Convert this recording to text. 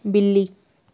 बिल्ली